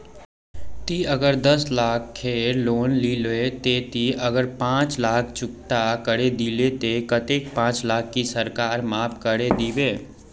ती अगर दस लाख खेर लोन लिलो ते ती अगर पाँच लाख चुकता करे दिलो ते कतेक पाँच लाख की सरकार माप करे दिबे?